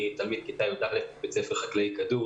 אני תלמיד כיתה י"א בבית הספר החקלאי "כדורי".